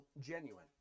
genuine